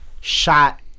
shot